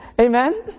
Amen